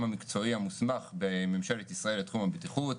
המקצועי המוסמך בממשלת ישראל בתחום הבטיחות,